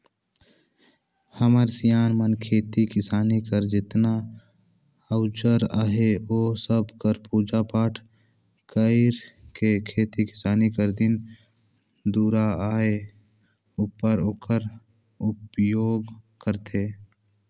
हमर सियान मन खेती किसानी कर जेतना अउजार अहे ओ सब कर पूजा पाठ कइर के खेती किसानी कर दिन दुरा आए उपर ओकर उपियोग करथे